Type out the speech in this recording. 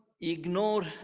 ignore